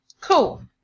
cool